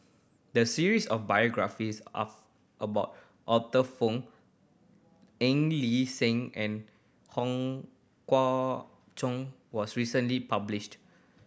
the series of biographies of about Arthur Fong Eng Lee Sing and Hong Kah Chun was recently published